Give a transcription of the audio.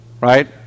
right